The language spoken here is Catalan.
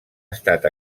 estat